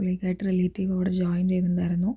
colleague ആയിട്ട് relative ഇവിടെ join ചെയ്യുന്നുണ്ടായിരുന്നു